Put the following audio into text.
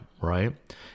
right